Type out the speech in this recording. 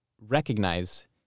recognize